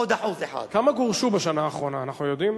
עוד 1% כמה גורשו בשנה האחרונה, אנחנו יודעים?